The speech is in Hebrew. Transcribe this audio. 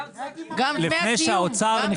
גם דמי הקיום.